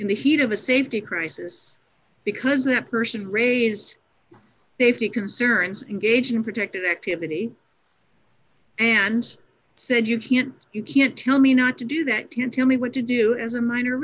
in the heat of a safety crisis because that person raised safety concerns in gage and protected activity and said you can't you can't tell me not to do that to tell me what to do as a minor